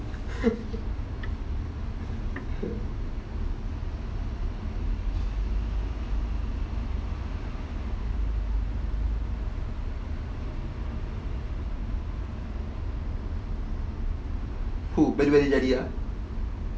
who ah